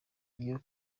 iyo